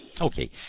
Okay